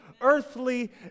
earthly